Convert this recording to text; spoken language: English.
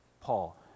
Paul